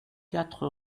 quatre